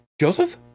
Joseph